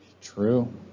True